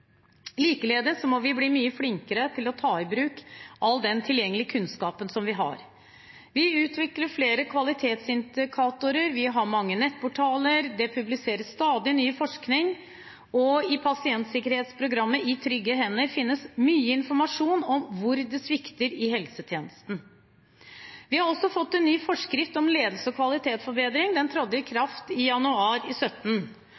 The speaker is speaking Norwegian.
Likeledes må vi bli mye flinkere til å ta i bruk all den tilgjengelige kunnskapen vi har. Vi utvikler flere kvalitetsindikatorer. Vi har mange nettportaler. Det publiseres stadig ny forskning, og i pasientsikkerhetsprogrammet «I trygge hender» finnes mye informasjon om hvor det svikter i helsetjenesten. Vi har også fått en ny forskrift om ledelse og kvalitetsforbedring. Den trådte i kraft i